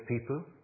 people